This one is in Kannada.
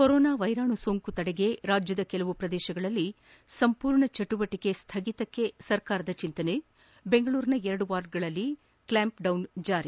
ಕೊರೊನಾ ವೈರಾಣು ಸೋಂಕು ತಡೆಗೆ ರಾಜ್ಯದ ಕೆಲವು ಪ್ರದೇಶಗಳಲ್ಲಿ ಸಂಪೂರ್ಣ ಚಟುವಟಿಕೆ ಸ್ವಗಿತಕ್ಕೆ ಸರ್ಕಾರದ ಚಿಂತನೆ ಬೆಂಗಳೂರಿನ ಎರಡು ವಾರ್ಡ್ಗಳಲ್ಲಿ ಕ್ಲ್ಯಾಂಪ್ಡೌನ್ ಜಾರಿ